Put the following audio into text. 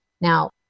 Now